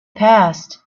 passed